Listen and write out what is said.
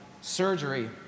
surgery